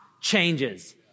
changes